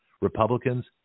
Republicans